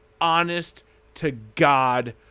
honest-to-God